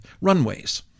runways